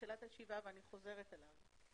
בתחילת הישיבה ואני חוזרת על זה.